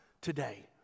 today